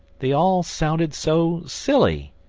they all sounded so silly!